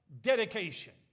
Dedication